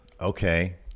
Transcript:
Okay